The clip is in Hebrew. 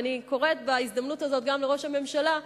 ואני קוראת בהזדמנות הזאת גם לראש הממשלה,